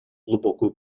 глубокую